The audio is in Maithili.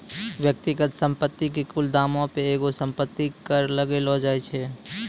व्यक्तिगत संपत्ति के कुल दामो पे एगो संपत्ति कर लगैलो जाय छै